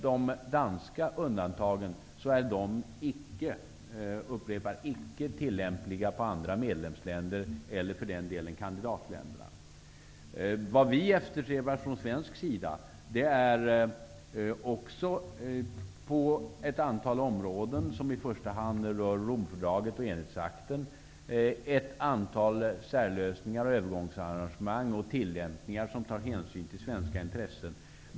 De danska undantagen är icke -- jag upprepar icke -- tillämpliga på andra medlemsländer eller för den delen kandidatländerna. Vad vi från svensk sida eftersträvar är att på ett antal områden, som i första hand rör Romfördraget och enhetsakten, finna särlösningar, övergångsarrangemang och tillämpningar som tar hänsyn till svenska intressen.